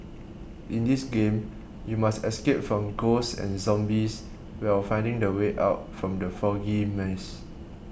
in this game you must escape from ghosts and zombies will finding the way out from the foggy maze